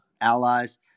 allies